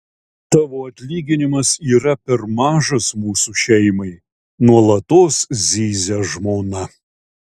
tavo atlyginimas yra per mažas mūsų šeimai nuolatos zyzia žmona